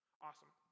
Awesome